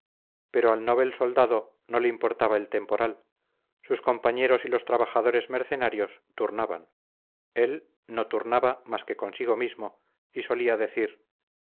pero al novel soldado no le importaba el temporal sus compañeros y los trabajadores mercenarios turnaban él no turnaba más que consigo mismo y solía decir